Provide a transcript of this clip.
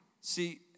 See